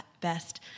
best